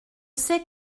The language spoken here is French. sais